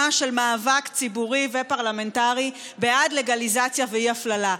של מאבק ציבורי ופרלמנטרי בעד לגליזציה ואי-הפללה.